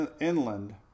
inland